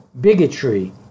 bigotry